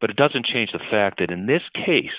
but it doesn't change the fact that in this case